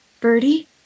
Birdie